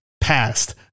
past